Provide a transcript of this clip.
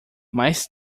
mais